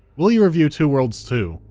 will you review two worlds two?